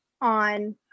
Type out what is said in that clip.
on